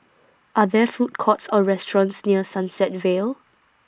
Are There Food Courts Or restaurants near Sunset Vale